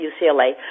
UCLA